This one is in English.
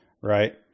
right